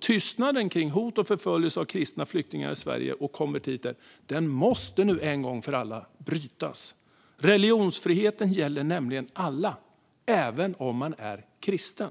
Tystnaden kring hot och förföljelse av kristna flyktingar i Sverige och konvertiter måste en gång för alla brytas. Religionsfriheten gäller alla, även den som är kristen.